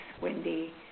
Wendy